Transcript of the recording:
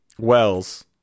Wells